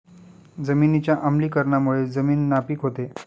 जमिनीच्या आम्लीकरणामुळे जमीन नापीक होते